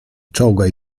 czołgaj